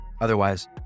Otherwise